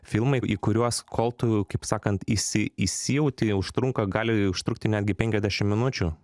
filmai į kuriuos kol tu kaip sakant įsi įsijauti jie užtrunka gali užtrukti netgi penkiasdešim minučių